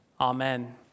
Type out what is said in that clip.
Amen